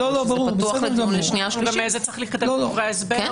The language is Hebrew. שזה פתוח לדיון לקראת הקריאה השנייה